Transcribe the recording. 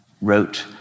wrote